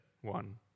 one